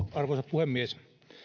puhemies